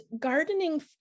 gardening